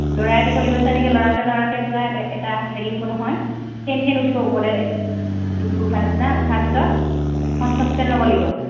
লৰাই থাকিব লাগিব তাৰপাছত সেনেকৈ লৰাওঁতে লৰাওঁতে পূৰা এটা হেৰি হ'ব নহয় ফেন ফেন উঠিব ওপৰলৈ ধুপ ধুপ উঠাৰ নিচিনা উঠাৰ পিছত এখন চচপেন ল'ব লাগিব